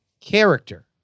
character